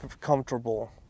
comfortable